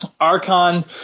Archon